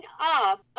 up